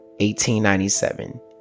1897